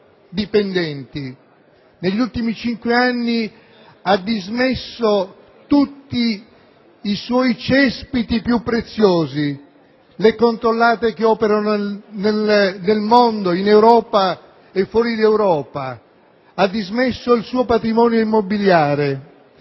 dipendenti; negli ultimi cinque anni ha dismesso tutti i suoi cespiti più preziosi, le società controllate che operano nel mondo, in Europa e fuori d'Europa, e il suo patrimonio immobiliare.